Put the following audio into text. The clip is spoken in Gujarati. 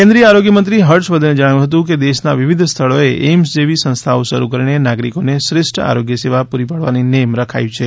કેન્દ્રિય આરોગ્યમંત્રી હર્ષવર્ધને જણાવ્યું હતું કે દેશના વિવિધ સ્થળોએ એઇમ્સ જેવી સંસ્થાઓ શરૂ કરીને નાગરિકોને શ્રેષ્ઠ આરોગ્ય સેવા પૂરી પાડવાની નેમ રખાઇ છે